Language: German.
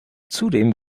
zudem